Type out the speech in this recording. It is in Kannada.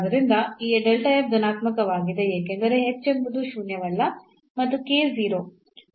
ಆದ್ದರಿಂದ ಈ ಧನಾತ್ಮಕವಾಗಿದೆ ಏಕೆಂದರೆ h ಎಂಬುದು ಶೂನ್ಯವಲ್ಲ ಮತ್ತು k 0